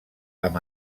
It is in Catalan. amb